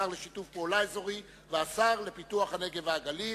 השר לשיתוף פעולה אזורי והשר לפיתוח הנגב והגליל".